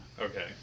Okay